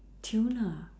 tuna